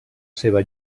seva